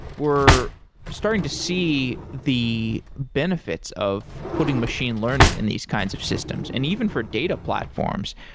we're starting to see the benefits of putting machine learning in these kinds of systems and even for data platforms.